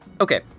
Okay